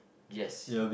yes